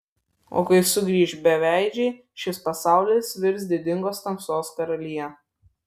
o kai sugrįš beveidžiai šis pasaulis virs didingos tamsos karalija